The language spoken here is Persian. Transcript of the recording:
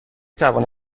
توانم